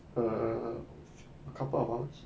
err couple of hours